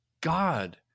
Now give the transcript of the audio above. God